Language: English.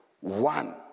One